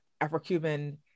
Afro-Cuban